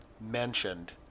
mentioned